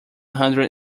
hundred